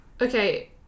Okay